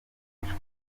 upima